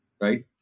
right